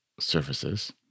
surfaces